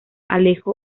alejo